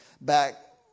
back